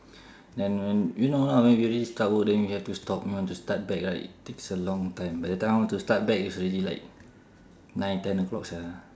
then when you know lah when you already start work then you have to stop you want to start back right it takes a long time by the time I want to start back it's already nine ten o'clock sia